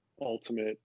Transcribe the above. ultimate